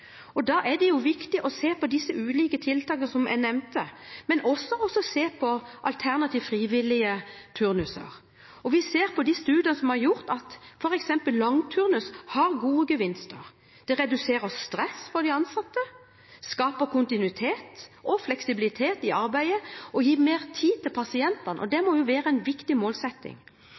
Da er det viktig å se på de ulike tiltakene som jeg nevnte, men det er også viktig å se på alternative, frivillige turnuser. Vi ser på de studiene som er gjort, at f.eks. langturnus gir gode gevinster. Det reduserer stresset for de ansatte, skaper kontinuitet og fleksibilitet i arbeidet og gir mer tid til pasientene – og det må være en viktig målsetting.